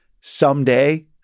Someday